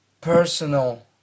personal